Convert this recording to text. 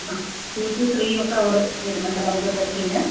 ആ two to three ഒക്കെ hour വരുന്നുണ്ട് നമുക്ക് ട്രക്കിങ്ങ്